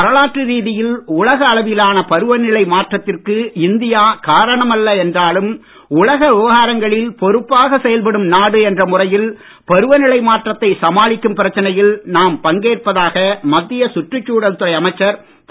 வரலாற்று ரீதியில் உலக அளவிலான பருவநிலை மாற்றத்திற்கு இந்தியா காரணமல்ல என்றாலும் உலக விவகாரங்களில் பொறுப்பாக செயல்படும் நாடு என்ற முறையில் பருவநிலை மாற்றத்தை சமாளிக்கும் பிரச்சனையில் நாம் பங்கேற்பதாக மத்திய சுற்றுச்சூழல் துறை அமைச்சர் திரு